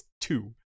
two